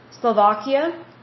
Slovakia